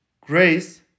Grace